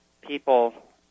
people